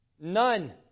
none